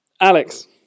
Alex